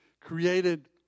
created